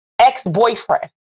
ex-boyfriend